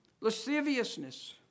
lasciviousness